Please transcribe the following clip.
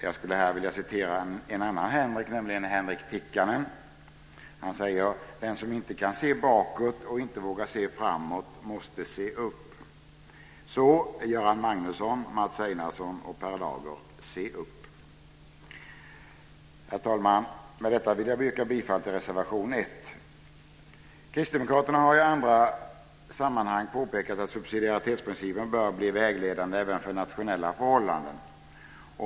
Jag skulle här gärna vilja citera en annan Henrik, nämligen Henrik Tikkanen som sade: Den som inte kan se bakåt och inte vågar se framåt måste se upp. Herr talman! Härmed yrkar jag bifall till reservation 1. Kristdemokraterna har i andra sammanhang påpekat att subsidiaritetsprincipen bör bli vägledande även för nationella förhållanden.